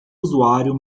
usuário